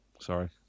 Sorry